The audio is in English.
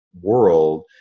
world